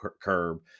curb